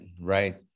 right